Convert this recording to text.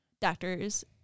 Doctors